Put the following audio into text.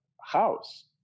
house